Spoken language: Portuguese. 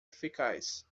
eficaz